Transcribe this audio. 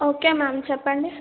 okay ma'am చెప్పండి